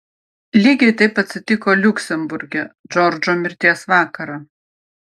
lygiai taip atsitiko liuksemburge džordžo mirties vakarą